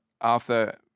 Arthur